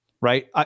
Right